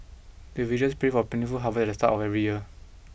the liftat the start of every year